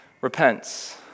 repents